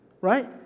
right